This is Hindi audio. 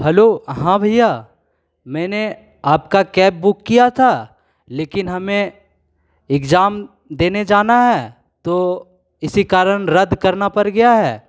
हैलो हाँ भैया मैंने आपका कैब बुक किया था लेकिन हमें इक्जाम देने जाना है तो इसी कारण रद्द करना पड़ गया है